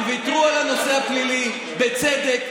הם ויתרו על הנושא הפלילי בצדק,